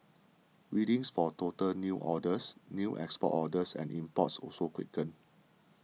readings for total new orders new export orders and imports also quickened